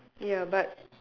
ya but